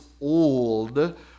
old